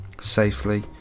safely